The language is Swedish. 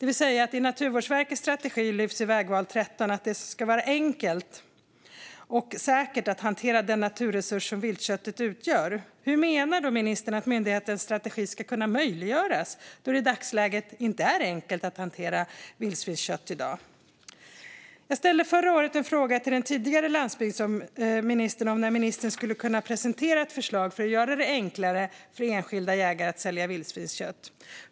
I Naturvårdsverkets strategi lyfts fram i punkten Vägval 13 att det ska vara "enkelt och säkert att hantera den naturresurs som viltköttet utgör". Hur menar ministern att myndighetens strategi kan vara möjlig när det i dagsläget inte är enkelt att hantera vildsvinskött? Jag ställde förra året en fråga till den tidigare landsbygdsministern när ministern kunde presentera ett förslag för att göra det enklare för enskilda jägare att sälja vildsvinskött.